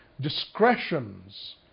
discretions